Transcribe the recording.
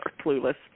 clueless